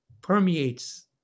permeates